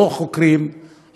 לא חוקרים,